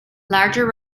larger